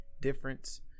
difference